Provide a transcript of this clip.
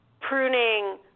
pruning